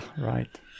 right